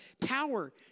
power